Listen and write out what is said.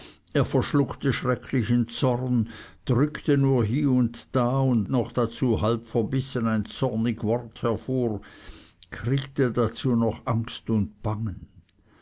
er verschluckte schrecklichen zorn drückte nur hie und da und noch dazu halb verbissen ein zornig wort hervor kriegte dazu noch angst und bangen